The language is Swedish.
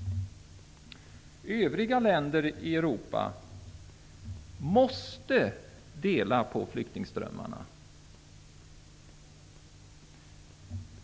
säger man. Övriga länder i Europa måste så att säga dela på flyktingströmmarna.